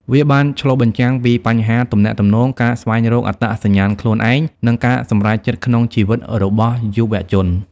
វាបានឆ្លុះបញ្ចាំងពីបញ្ហាទំនាក់ទំនង ការស្វែងរកអត្តសញ្ញាណខ្លួនឯង និងការសម្រេចចិត្តក្នុងជីវិតរបស់យុវជន។